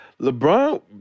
LeBron